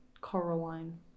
Coraline